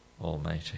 Almighty